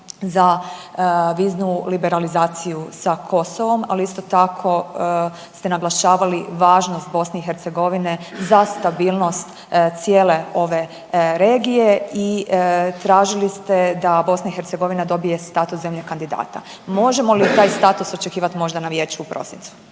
za viznu liberalizaciju sa Kosovom, ali isto tako ste naglašavali važnost BiH za stabilnost cijele ove regije i tražili ste da BiH dobije status zemlje kandidata. Možemo li taj status očekivati možda na Vijeću u prosincu?